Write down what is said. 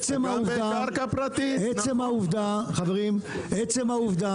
עצם העובדה, חברים, עצם העובדה